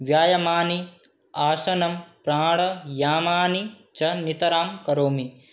व्यायामानि आसनं प्राणायामानि च नितरां करोमि